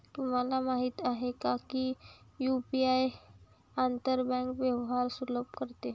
तुम्हाला माहित आहे का की यु.पी.आई आंतर बँक व्यवहार सुलभ करते?